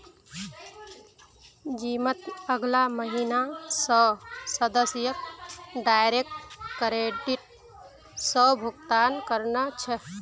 जिमत अगला महीना स सदस्यक डायरेक्ट क्रेडिट स भुक्तान करना छ